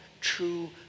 true